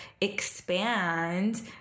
expand